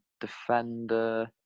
Defender